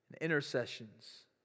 intercessions